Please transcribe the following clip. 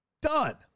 Done